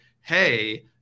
hey